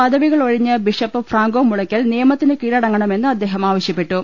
പദവി കൾ ഒഴിഞ്ഞ് ബിഷപ്പ് ഫ്രാങ്കോ മുളയ്ക്കൽ നിയമത്തിന് കീഴടങ്ങണമെന്ന് അദ്ദേഹം ആവശ്യപ്പെട്ടു